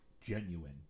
genuine